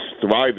thriving